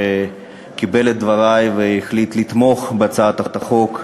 שקיבל את דברי והחליט לתמוך בהצעת החוק,